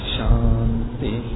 Shanti